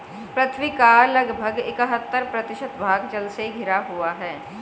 पृथ्वी का लगभग इकहत्तर प्रतिशत भाग जल से घिरा हुआ है